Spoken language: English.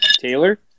Taylor